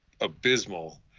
abysmal